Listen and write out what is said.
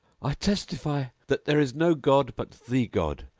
i testify that there is no god, but the god,